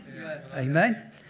Amen